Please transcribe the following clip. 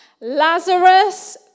Lazarus